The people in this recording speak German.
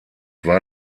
war